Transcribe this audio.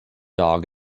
dog